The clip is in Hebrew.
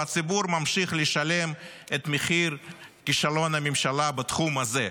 והציבור ממשיך לשלם את מחיר כישלון הממשלה בתחום הזה,